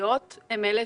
המקומיות הן אלה